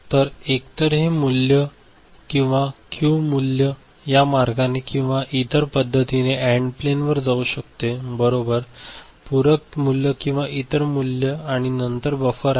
तर एकतर हे मूल्य किंवा क्यू मूल्य या मार्गाने किंवा इतर पद्धतीने अँड प्लेन वर जाऊ शकते बरोबर पूरक मूल्य किंवा इतर मूल्य आणि नंतर बफर आहे